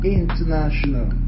international